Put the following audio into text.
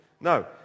No